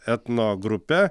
etno grupe